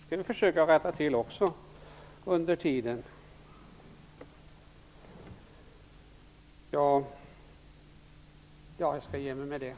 Det här måste vi också försöka rätta till under tiden.